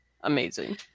Amazing